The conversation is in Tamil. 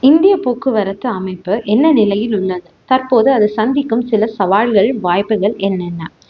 இந்திய போக்குவரத்து அமைப்பு என்ன நிலையில் உள்ளது தற்போது அது சந்திக்கும் சில சவால்கள் வாய்ப்புகள் என்னென்ன